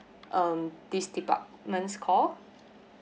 um this departments call